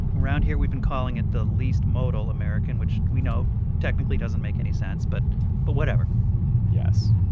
around here, we've been calling it the least modal american, which we know technically doesn't make any sense, but but whatever yes.